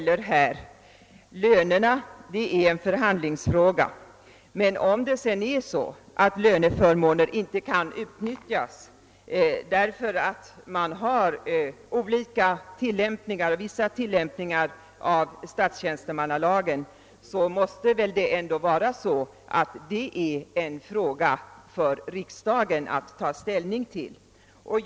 Lö nerna är en förhandlingsfråga, men om sedan löneförmåner inte kan utnyttjas på grund av en viss tillämpning av statstjänstemannalagen, är det riksdagens sak att ta ställning till den frågan.